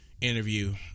interview